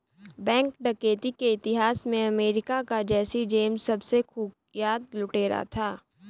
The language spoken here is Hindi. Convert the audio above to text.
बैंक डकैती के इतिहास में अमेरिका का जैसी जेम्स सबसे कुख्यात लुटेरा था